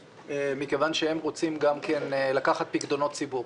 מכיוון שהם רוצים גם לקחת פיקדונות ציבור,